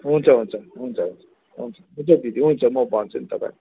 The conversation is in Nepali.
हुन्छ हुन्छ हुन्छ हुन्छ हुन्छ हुन्छ दिदी म भन्छु नि तपाईँलाई